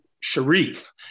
Sharif